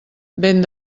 vent